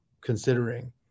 considering